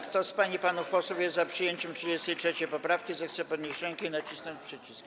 Kto z pań i panów posłów jest za przyjęciem 33. poprawki, zechce podnieść rękę i nacisnąć przycisk.